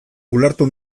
ulertu